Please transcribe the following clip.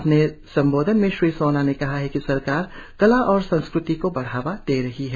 अपने संबोधन में श्री सोना ने कहा कि सरकार कला और संस्कृति को बढ़ावा दे रही है